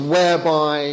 Whereby